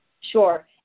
Sure